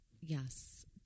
Yes